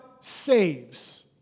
saves